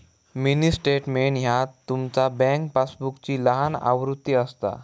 mini statement ह्या तुमचा bank पासबुकची लहान आवृत्ती असता